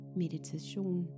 meditation